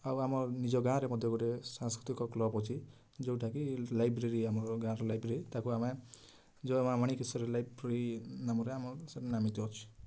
ଆଉ ଆମ ନିଜ ଗାଁରେ ମଧ୍ୟ ଗୋଟେ ସାଂସ୍କୃତିକ କ୍ଲବ୍ ଅଛି ଯେଉଁଟା କି ଲାଇବ୍ରେରୀ ଆମର ଗାଁର ଲାଇବ୍ରେରୀ ତାକୁ ଆମେ ଜୟ ମା' ମାଣିକେଶ୍ଵରୀ ଲାଇବ୍ରେରୀ ନାମରେ ଆମ ସେ ନାମିତ ଅଛି